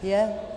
Je?